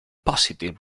positive